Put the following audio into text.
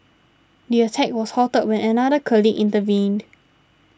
the attack was halted when another colleague intervened